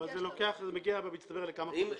זה מגיע במצטבר לכמה חודשים.